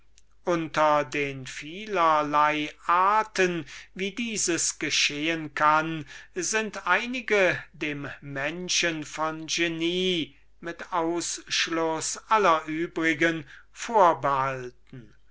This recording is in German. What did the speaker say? unter den vielerlei arten wie dieses geschehen kann sind einige dem menschen von genie mit ausschluß aller übrigen vorbehalten